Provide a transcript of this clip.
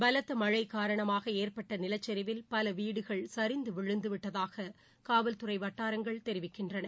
பலத்தமழைகாரணமாகஏற்பட்டநிலச்சரிவில் பலவீடுகள் சரிந்துவிழுந்துவிட்டாதாககாவல்துறைவட்டாரங்கள் தெரிவித்தன